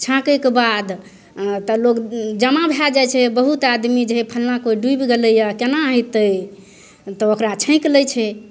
छाँकैके बाद तऽ लोक जमा भए जाइ छै बहुत आदमी जे हे फल्लाँ कोइ डुबि गेलै यऽ कोना अएतै तऽ ओकरा छाँकि लै छै